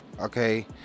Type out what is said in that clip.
Okay